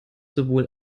sowohl